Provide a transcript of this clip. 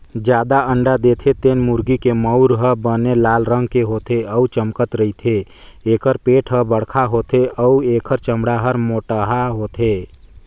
जादा अंडा देथे तेन मुरगी के मउर ह बने लाल रंग के होथे अउ चमकत रहिथे, एखर पेट हर बड़खा होथे अउ एखर चमड़ा हर मोटहा होथे